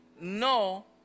no